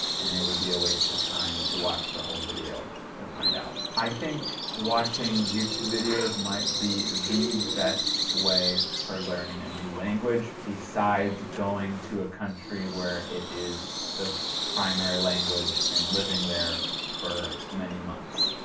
and it would be a waste of time to watch the whole video to find out. i think watching youtube videos might be the best way for learning a new language besides going to a country where it is the primary language and living there for many months.